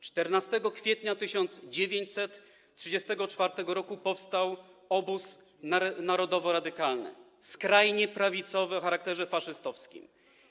14 kwietnia 1934 r. powstał Obóz Narodowo-Radykalny - skrajnie prawicowy o charakterze faszystowskim.